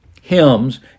hymns